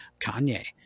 Kanye